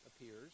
appears